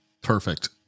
Perfect